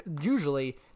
usually